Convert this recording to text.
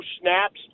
snaps